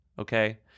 okay